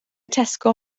tesco